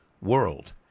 world